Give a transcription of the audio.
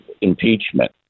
impeachment